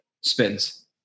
spins